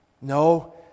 No